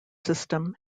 system